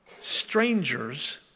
strangers